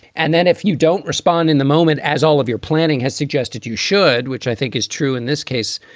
and then if you don't respond in the moment, as all of your planning has suggested, you should, which i think is true in this case,